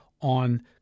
on